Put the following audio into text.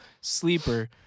Sleeper